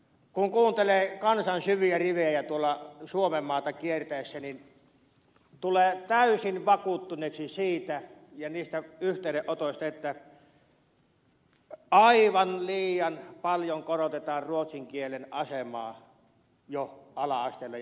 kun kuuntelee kansan syviä rivejä tuolla suomenmaata kiertäessä niin tulee täysin vakuuttuneeksi siitä ja yhteydenotoista että aivan liian paljon korostetaan ruotsin kielen asemaa jo ala asteella peruskouluissa